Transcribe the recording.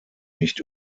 nicht